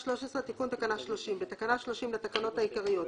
"תיקון תקנה 30 13. בתקנה 30 לתקנות העיקריות,